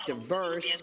diverse